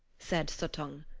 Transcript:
said suttung.